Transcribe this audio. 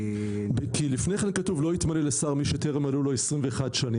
כי לפני כן כתוב: לא יתמנה לשר מי שטרם מלאו לו 21 שנים,